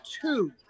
two